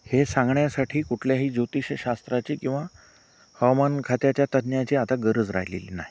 हे सांगण्यासाठी कुठल्याही ज्योतिषशास्त्राची किंवा हवामानखात्याच्या तज्ज्ञाची आता गरज राहिलेली नाही